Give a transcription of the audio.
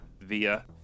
via